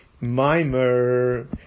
Mimer